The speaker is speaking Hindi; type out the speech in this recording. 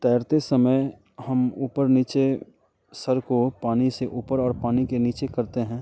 तैरते समय हम ऊपर नीचे सर को पानी से ऊपर और पानी के नीचे करते हैं